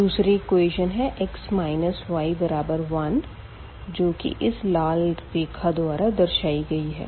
दूसरी इक्वेशन है x y1 जो की इस लाल रेखा द्वारा दर्शायी गयी है